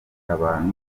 abantu